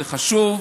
זה חשוב,